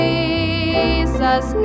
Jesus